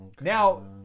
now